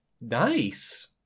Nice